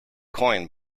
coin